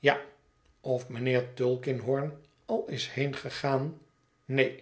ja of mijnheer tulkinghorn al is heengegaan neen